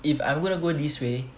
if I'm gonna go this way